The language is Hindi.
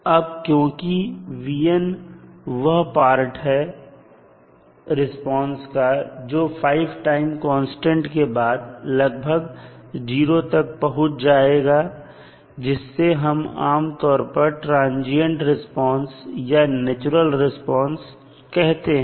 अब क्योंकि वह पार्ट है रिस्पांस का जो 5 टाइम कांस्टेंट के बाद लगभग 0 तक पहुंच जाती है जिसे हम आमतौर पर ट्रांजियंट रिस्पांस या नेचुरल रिस्पांस कहते हैं